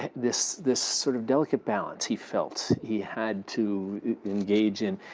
this this sort of delicate balance, he felt, he had to engage in,